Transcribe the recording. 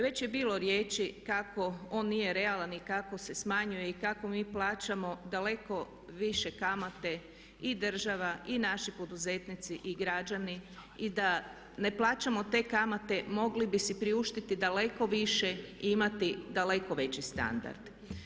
Već je bilo riječi kako on nije realan i kako se smanjuje i kako mi plaćamo daleko više kamate i država i naši poduzetnici i građani i da ne plaćamo te kamate mogli bi si priuštiti daleko više i imati daleko veći standard.